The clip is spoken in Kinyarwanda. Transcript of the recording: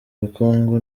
ubukungu